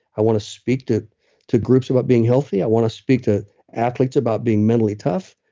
i want to speak to to groups about being healthy. i want to speak to athletes about being mentally tough.